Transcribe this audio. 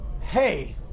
Hey